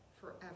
forever